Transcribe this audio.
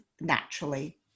naturally